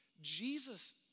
Jesus